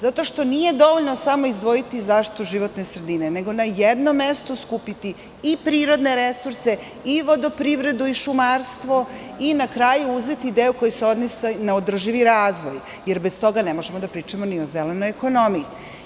Zato što nije dovoljno samo izdvojiti zaštitu životne sredine, nego na jednom mestu skupiti i prirodne resurse i vodoprivredu i šumarstvo, i na kraju uzeti deo koji se odnosi na održivi razvoj, jer bez toga ne možemo da pričamo ni o zelenoj ekonomiji.